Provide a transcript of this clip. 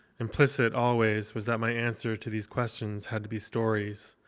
implicit, always, was that my answer to these questions had to be stories,